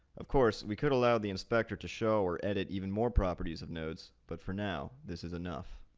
of course, we could allow the inspector to show or edit even more properties of nodes, but for now, this is enough.